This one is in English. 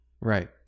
Right